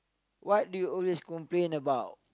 what do you always complain about